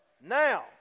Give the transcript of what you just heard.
now